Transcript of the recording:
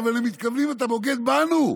אבל הם מתכוונים: אתה בוגד בנו.